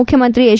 ಮುಖ್ಯಮಂತ್ರಿ ಹೆಚ್